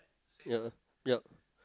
ya ya